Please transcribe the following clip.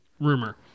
rumor